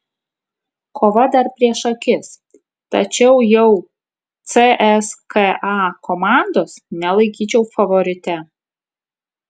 kova dar prieš akis tačiau jau cska komandos nelaikyčiau favorite